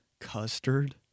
custard